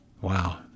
Wow